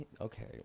okay